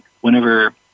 whenever